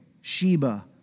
Sheba